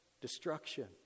destruction